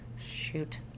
shoot